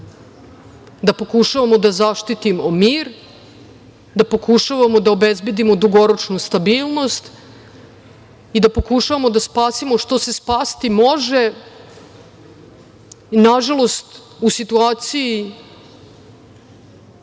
da pokušavamo da zaštitimo mir, da pokušavamo da obezbedimo dugoročnu stabilnost i da pokušamo da spasimo što se spasti može. Nažalost u situaciji